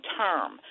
term